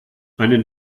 einen